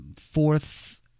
fourth